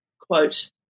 quote